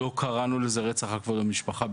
לא קראנו לזה רצח על רקע כבוד המשפחה,